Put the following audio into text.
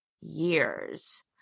years